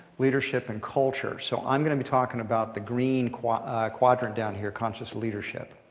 leadership, and culture. so i'm going to be talking about the green quadrant quadrant down here, conscious leadership.